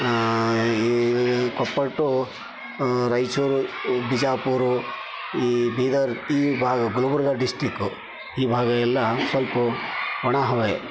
ಈ ಕೊಪ್ಪಳ ಟೂ ರಾಯ್ಚೂರು ಬಿಜಾಪುರ ಈ ಬೀದರ್ ಈ ಭಾಗ ಗುಲ್ಬರ್ಗ ಡಿಸ್ಟಿಕ್ಕು ಈ ಭಾಗ ಎಲ್ಲ ಸ್ವಲ್ಪ ಒಣ ಹವೆ